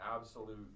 absolute